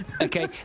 okay